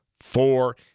four